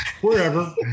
wherever